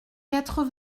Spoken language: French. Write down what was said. quatre